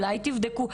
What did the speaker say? אולי תבדקו.